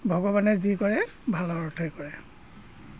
ভগৱানে যি কৰে ভালৰ অৰ্থই কৰে